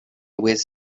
with